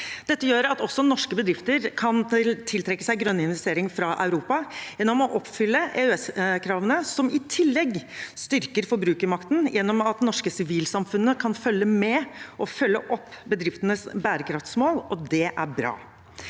Dette gjør at også norske bedrifter kan tiltrekke seg grønne investeringer fra Europa gjennom å oppfylle EØS-kravene, som i tillegg styrker forbrukermakten gjennom at det norske sivilsamfunnet kan følge med og følge opp bedriftenes bærekraftsmål. Det er bra.